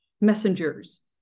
messengers